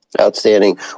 Outstanding